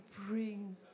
bring